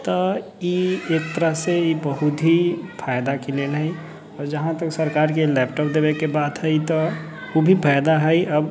तऽ ई एक तरह से ई बहुत ही फायदा के लेल है आओर जहाँ तक सरकार के लैपटॉप देबै के बात है तऽ ओ भी फायदा है अब